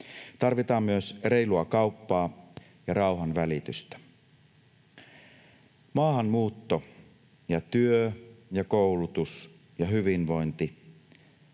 Tarvitaan myös reilua kauppaa ja rauhanvälitystä. Maahanmuutto ja työ ja koulutus ja hyvinvointi